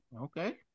Okay